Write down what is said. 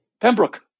Pembroke